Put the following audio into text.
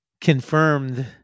confirmed